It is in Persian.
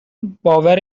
باور